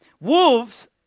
Wolves